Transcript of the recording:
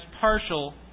partial